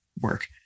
work